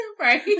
Right